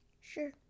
Sure